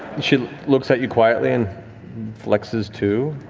she looks at you quietly and flexes too.